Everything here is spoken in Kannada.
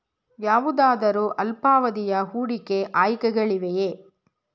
ಯಾವುದಾದರು ಅಲ್ಪಾವಧಿಯ ಹೂಡಿಕೆ ಆಯ್ಕೆಗಳಿವೆಯೇ?